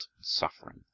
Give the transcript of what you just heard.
suffering